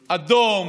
אדום,